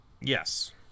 Yes